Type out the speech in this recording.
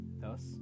thus